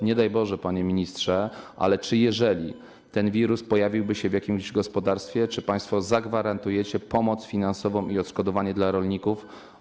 Nie daj Boże, panie ministrze, ale jeżeli ten wirus pojawiłby się w jakimś gospodarstwie, czy państwo zagwarantujecie pomoc finansową i odszkodowanie dla rolników?